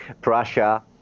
Prussia